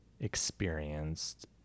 experienced